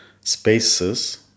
spaces